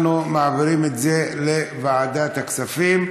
אנחנו מעבירים את זה לוועדת הכספים.